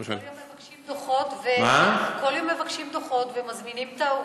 כל יום מבקשים דוחות ומזמינים את ההורים.